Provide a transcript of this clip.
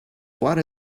what